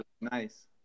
nice